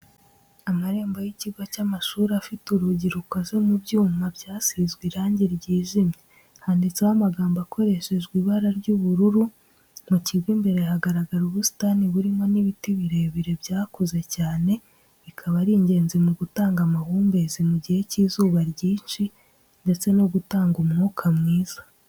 Amarembo y'ikigo cy'amashuri afite urugi rukoze mu byuma byasizwe irangi ryijimye, handitseho amagambo akoreshejwe ibara ry'ubururu, mu kigo imbere hagaragara ubusitani burimo n'ibiti birebire byakuze cyane bikaba ari ingenzi mu gutanga amahumbezi mu gihe cy'izuba ryinshi ndetse no gutanga umwuka mwiza.